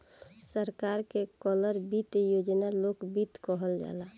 सरकार के करल वित्त योजना लोक वित्त कहल जाला